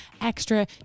extra